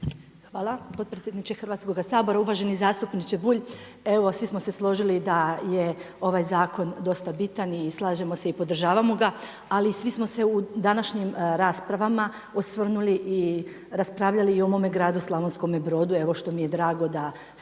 Hvala potpredsjedniče Hrvatskoga sabora. Uvaženi zastupniče Bulj. Evo svi smo se složili da je ovaj zakon dosta bitan i slažemo se i podržavamo ga, ali svi smo se u današnjim raspravama i osvrnuli i raspravljali o mome gradu Slavonskome Brodu, evo što mi je drago da svi